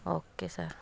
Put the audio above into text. okay sir